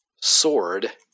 Sword